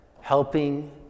helping